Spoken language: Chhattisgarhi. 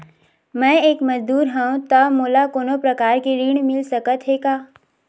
मैं एक मजदूर हंव त मोला कोनो प्रकार के ऋण मिल सकत हे का?